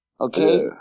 Okay